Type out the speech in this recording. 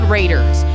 Raiders